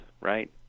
right